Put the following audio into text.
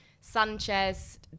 Sanchez